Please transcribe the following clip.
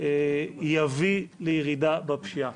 יביא לירידה בפשיעה.